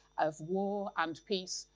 of war and peace,